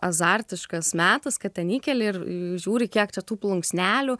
azartiškas metas kad ten įkeli ir žiūri kiek čia tų plunksnelių